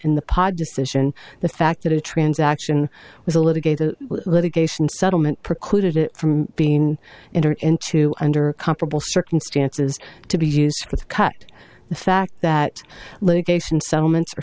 in the pod decision the fact that a transaction was a litigator litigation settlement precluded it from being entered into under comparable circumstances to be used to cut the fact that litigation settlements